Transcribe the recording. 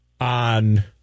On